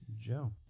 Joe